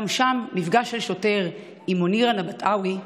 גם שם מפגש של שוטר, עם מוניר ענבתאוי,